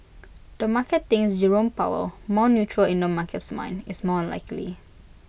the market thinks Jerome powell more neutral in the market's mind is more likely